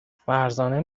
فرزانه